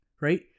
right